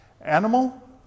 animal